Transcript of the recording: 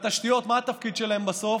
התשתיות, מה התפקיד שלהן בסוף?